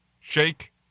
Shake